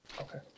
Okay